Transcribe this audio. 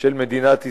של מדינת ישראל,